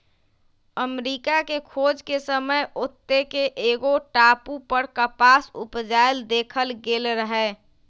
अमरिका के खोज के समय ओत्ते के एगो टापू पर कपास उपजायल देखल गेल रहै